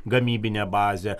gamybinė bazė